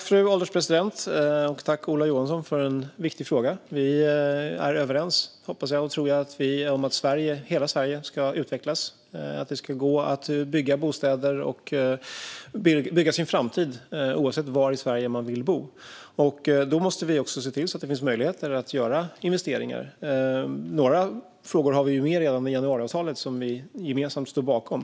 Fru ålderspresident! Jag tackar Ola Johansson för en viktig fråga. Jag hoppas att vi är överens om att hela Sverige ska utvecklas och att det ska gå att bygga bostäder och bygga sin framtid oavsett var i Sverige man vill bo. Då måste vi också se till att det finns möjligheter att göra investeringar. Några frågor har vi med i januariavtalet, som vi gemensamt står bakom.